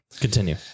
Continue